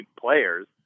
players